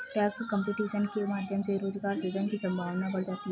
tax competition के माध्यम से रोजगार सृजन की संभावना बढ़ जाती है